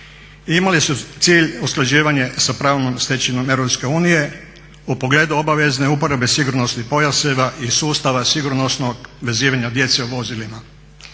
imali su cilj usklađivanje s pravom stečevinom EU u pogledu obavezne upotrebe sigurnosnih pojaseva i sustav sigurnosnog vezivanja djece u vozilima.